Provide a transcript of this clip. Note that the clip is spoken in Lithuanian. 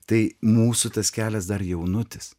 tai mūsų tas kelias dar jaunutis